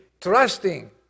Trusting